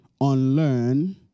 unlearn